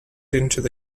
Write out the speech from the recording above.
into